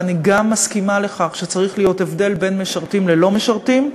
ואני גם מסכימה לכך שצריך להיות הבדל בין משרתים ללא-משרתים.